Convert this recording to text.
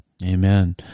Amen